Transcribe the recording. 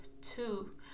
Two